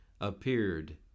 appeared